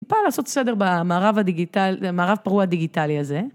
טיפה לעשות סדר במערב הפרוע הדיגיטלי הזה.